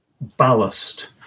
Ballast